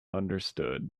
understood